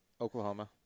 Oklahoma